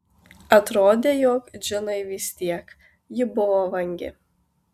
atrodė jog džinai vis tiek ji buvo vangi